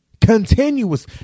continuous